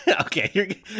Okay